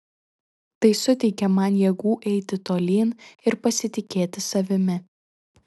tai suteikia man jėgų eiti tolyn ir pasitikėti savimi